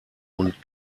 und